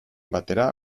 batera